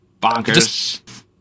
bonkers